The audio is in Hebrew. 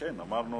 נתקבלה.